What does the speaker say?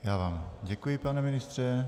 Já vám děkuji, pane ministře.